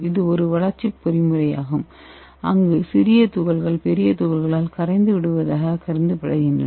இது ஒரு வளர்ச்சி பொறிமுறையாகும் அங்கு சிறிய துகள்கள் பெரிய துகள்களால் கரைந்து விடுவதாக கருதப்படுகின்றன